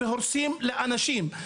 והורסים לאנשים.